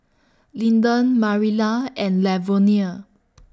Linden Marilla and Lavonia